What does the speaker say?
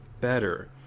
better